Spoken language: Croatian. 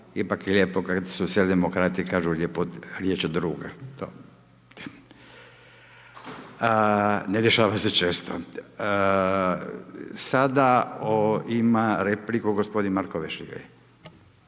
Ipak je lijepo kad .../Govornik se ne razumije./... Ne dešava se često. Sada ima repliku gospodin Marko Vešligaj.